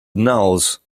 knowles